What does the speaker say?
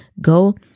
go